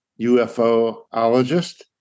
UFOologist